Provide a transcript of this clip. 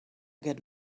get